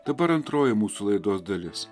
dabar antroji mūsų laidos dalis